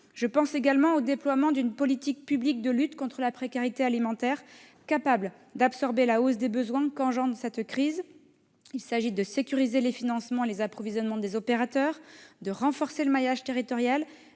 Je pense également au déploiement d'une politique publique de lutte contre la précarité alimentaire de nature à absorber la hausse des besoins engendrés par cette crise. Il s'agit de sécuriser les financements et les approvisionnements des opérateurs, de renforcer le maillage territorial,